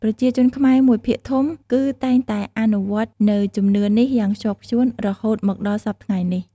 ប្រជាជនខ្មែរមួយភាគធំ គឺតែងតែអនុវត្តន៍នៅជំនឿនេះយ៉ាងខ្ជាប់ខ្ជួនរហូតមកដល់សព្វថ្ងៃនេះ។